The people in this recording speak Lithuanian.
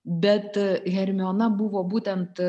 bet hermiona buvo būtent